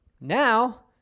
Now